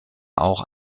auch